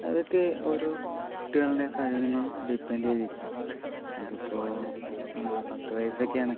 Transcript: അതൊക്കെ ഓരോ കുട്ടികളുടെ കഴിവിനെ ഡിപ്പെൻഡ് ചെയ്തിരിക്കും അതിപ്പോൾ പത്ത് വയസ്സൊക്കെയാണ്